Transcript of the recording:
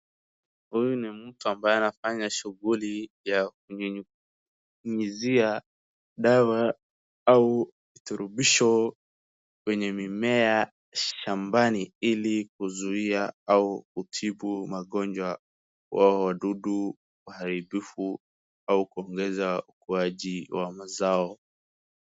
Huyu ni mtu ambaye anafanya shughuli ya kunyunyunyizia dawa au turubisho kwenye mimea shambani ili kuzuia au kutibu magonjwa wao wadudu waharibifu au kuongeza ukuaji wa mazao.